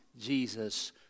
Jesus